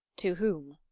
to whom?